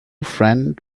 friend